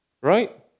Right